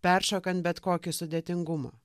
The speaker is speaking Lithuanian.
peršokant bet kokį sudėtingumą